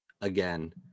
Again